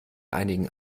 einigen